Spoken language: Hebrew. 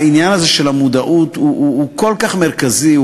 העניין הזה של המודעות הוא כל כך מרכזי,